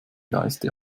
geiste